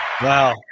Wow